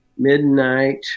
midnight